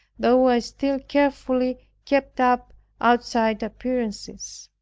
though i still carefully kept up outside appearances.